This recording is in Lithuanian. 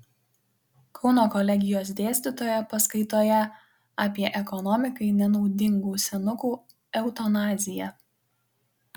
kauno kolegijos dėstytoja paskaitoje apie ekonomikai nenaudingų senukų eutanaziją